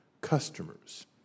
customers